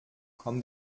kommt